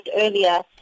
earlier